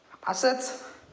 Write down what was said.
असंच